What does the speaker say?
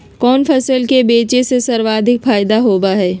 कोन फसल के बेचे से सर्वाधिक फायदा होबा हई?